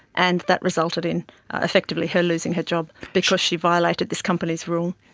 and that resulted in effectively her losing her job because she violated these company's rule.